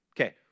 Okay